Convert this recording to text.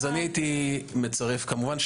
כמובן,